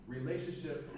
Relationship